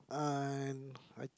uh